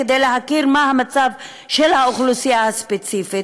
כדי להכיר מה המצב של האוכלוסייה הספציפית